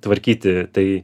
tvarkyti tai